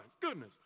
goodness